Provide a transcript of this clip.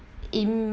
mm